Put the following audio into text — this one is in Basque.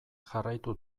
jarraitu